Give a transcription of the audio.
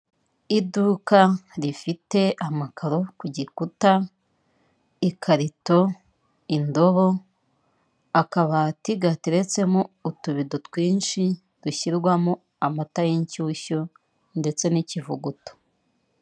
Iduka rifite amakaro ku gikuta, ikarito, indobo, akabati gateretsemo utubido twinshi, dushyirwamo amata y'inshyushyu, ndetse n'ikivuguto.